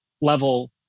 level